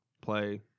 play